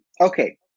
Okay